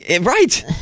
Right